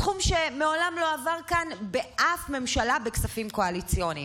סכום שמעולם לא עבר כאן באף ממשלה בכספים קואליציוניים.